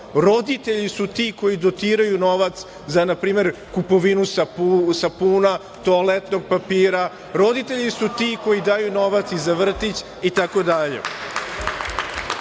roditelji su ti koji dotiraju novac za, na primer, kupovinu sapuna, toaletnog papira, roditelji su ti koji daju novac i za vrtić itd. Kada